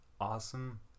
awesome